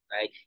right